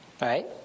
Right